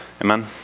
Amen